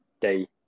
day